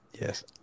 Yes